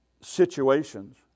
situations